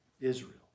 Israel